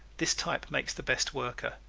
this type makes the best worker.